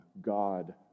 God